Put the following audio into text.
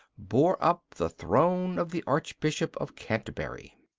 bore up the throne of the archbishop of canterbury.